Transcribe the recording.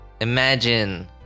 imagine